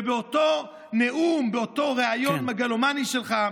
ובאותו נאום, באותו ריאיון מגלומני שלך,